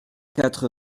quatre